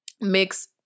mix